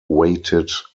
weighted